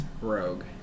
Rogue